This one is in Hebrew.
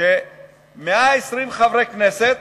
שמ-120 חברי כנסת,